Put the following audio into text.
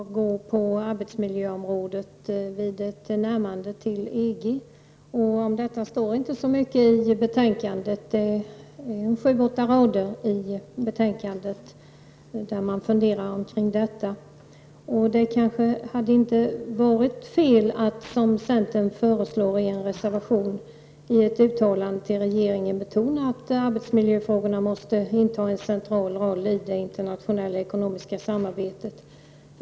Herr talman! Kjell Nilsson tog i sitt anförande upp frågan om vad som skall hända på arbetsmiljöområdet i samband med ett närmande till EG. Om detta står inte så mycket i betänkandet. Man funderar kring detta på sju åtta rader. Det kanske inte hade varit fel att, som centern föreslår i en reservation, i ett uttalande till regeringen betona att arbetsmiljöfrågorna måste inta en central roll i det internationella ekonomiska samarbetet.